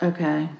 Okay